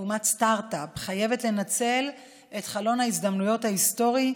כאומת סטרטאפ חייבת לנצל את חלון ההזדמנויות ההיסטורי,